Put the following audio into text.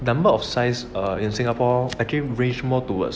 number of size err in singapore is actually range more towards